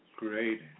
Great